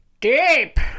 Deep